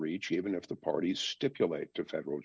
reach even if the parties stipulate to federal